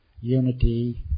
unity